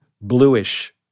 bluish